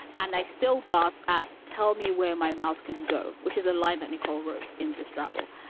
and i still gasp at tell me where my mouth can go, which is a lie that nicole wrote in the struggle.